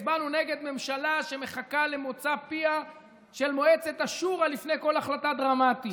הצבענו נגד ממשלה שמחכה למוצא פיה של מועצת השורא לפני כל החלטה דרמטית.